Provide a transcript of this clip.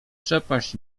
przepaść